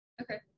okay